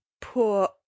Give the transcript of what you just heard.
poor